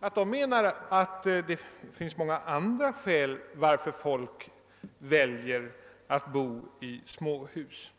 anser att det finns många andra skäl till att folk väljer att bo i småhus.